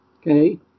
Okay